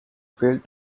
failed